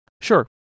Sure